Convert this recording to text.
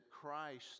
Christ